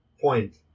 point